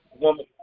woman